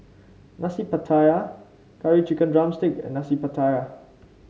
Nasi Pattaya Curry Chicken drumstick and Nasi Pattaya